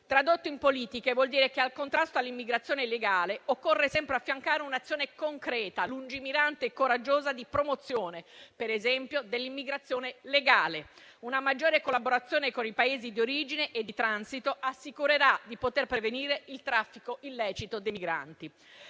Tradotto in politiche vuol dire che, al contrasto all'immigrazione illegale, occorre sempre affiancare un'azione concreta, lungimirante e coraggiosa, di promozione, per esempio, dell'immigrazione legale. Una maggiore collaborazione con i Paesi di origine e di transito assicurerà di poter prevenire il traffico illecito dei migranti.